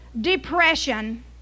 depression